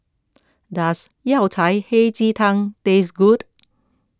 does Yao Cai Hei Ji Tang taste good